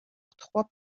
trois